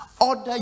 order